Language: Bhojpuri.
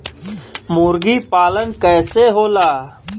मुर्गी पालन कैसे होला?